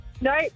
no